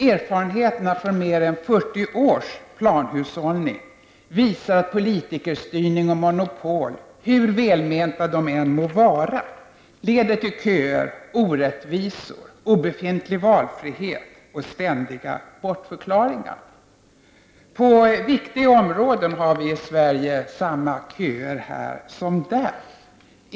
Erfarenheterna från mer än 40 års planhushållning visar att politikerstyrning och monopol, hur välmenta de än må vara, leder till köer, orättvisor, obefintlig valfrihet och ständiga bortförklaringar. På viktiga områden har vi i Sverige samma köer som där.